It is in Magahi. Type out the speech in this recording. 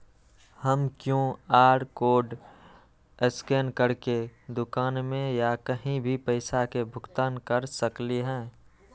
हम कियु.आर कोड स्कैन करके दुकान में या कहीं भी पैसा के भुगतान कर सकली ह?